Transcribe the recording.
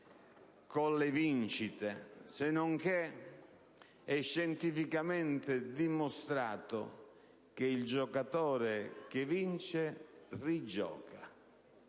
con le vincite. Senonché, è scientificamente dimostrato che il giocatore che vince rigioca,